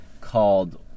called